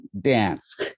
dance